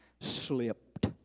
slipped